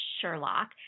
Sherlock